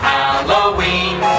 Halloween